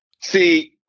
See